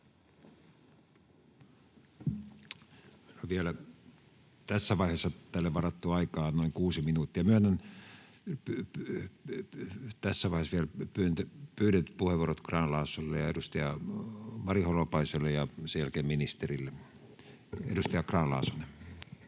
Tässä vaiheessa tälle varattua aikaa on vielä noin 6 minuuttia. Myönnän tässä vaiheessa vielä pyydetyt puheenvuorot edustaja Grahn-Laasoselle ja edustaja Mari Holopaiselle ja sen jälkeen ministerille. — Edustaja Grahn-Laasonen.